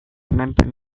remember